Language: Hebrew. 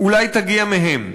אולי תגיע מהם.